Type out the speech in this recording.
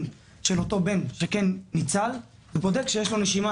של בנו שניצל ובודק שהוא עדיין נושם.